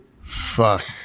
Fuck